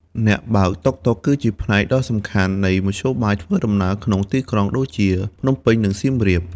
អ្នកបើកបរតុកតុកគឺជាផ្នែកដ៏សំខាន់នៃមធ្យោបាយធ្វើដំណើរក្នុងទីក្រុងដូចជាភ្នំពេញ និងសៀមរាប។